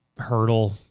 hurdle